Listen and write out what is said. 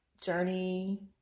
journey